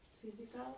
physical